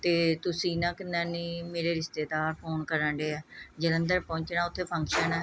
ਅਤੇ ਤੁਸੀਂ ਨਾ ਕਿੰਨਾ ਨਹੀਂ ਮੇਰੇ ਰਿਸ਼ਤੇਦਾਰ ਫੋਨ ਕਰਨ ਡੇ ਹੈ ਜਲੰਧਰ ਪਹੁੰਚਣਾ ਉੱਥੇ ਫ਼ੰਕਸ਼ਨ ਹੈ